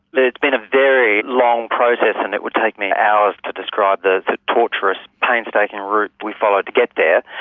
it's been a very long process and it would take me hours to describe the tortuous, painstaking route we followed to get there.